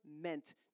meant